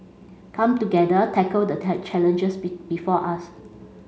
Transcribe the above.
come together tackle the challenges be before us